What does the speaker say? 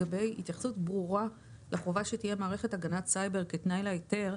לגבי התייחסות ברורה לחובה שתהיה מערכת הגנת סייבר כתנאי להיתר.